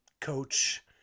coach